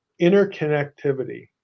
interconnectivity